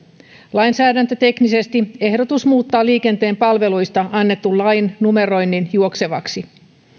lainsäädäntöteknisesti ehdotus muuttaa liikenteen palveluista annetun lain numeroinnin juoksevaksi